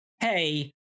Hey